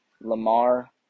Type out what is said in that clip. Lamar